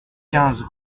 quinze